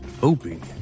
hoping